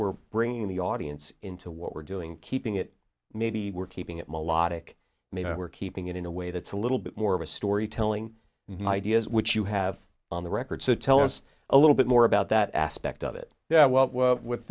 we're bringing the audience into what we're doing keeping it maybe we're keeping it melodic maybe we're keeping it in a way that's a little bit more of a storytelling my ideas which you have on the record so tell us a little bit more about that aspect of it yeah w